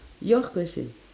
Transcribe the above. your question